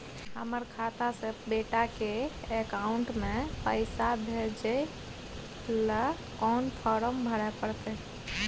हमर खाता से बेटा के अकाउंट में पैसा भेजै ल कोन फारम भरै परतै?